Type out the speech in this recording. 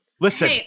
Listen